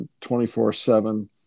24-7